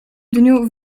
dniu